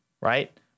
right